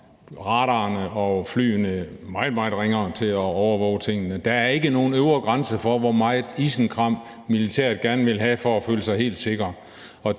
radarerne og flyene meget, meget ringere til at overvåge tingene. Der er ikke nogen øvre grænse for, hvor meget isenkram militæret gerne vil have for at føle sig helt sikker.